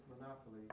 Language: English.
monopoly